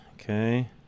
Okay